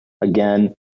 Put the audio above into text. again